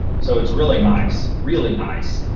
so it's really nice, really nice.